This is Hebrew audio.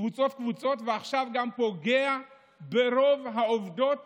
קבוצות-קבוצות, ועכשיו גם פוגע ברוב העובדות